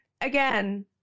again